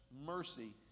mercy